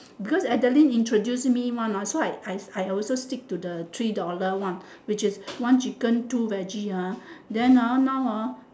because adeline introduce mah so I I I also stick to the three dollar one which is one chicken two veggie ah then ah now hor